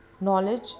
Knowledge